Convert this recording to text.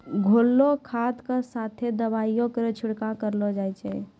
घोललो खाद क साथें दवाइयो केरो छिड़काव करलो जाय छै?